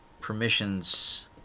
permissions